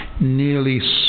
nearly